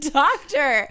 doctor